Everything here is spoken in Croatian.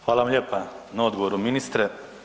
Hvala vam lijepa na odgovoru ministre.